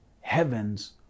heaven's